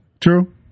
True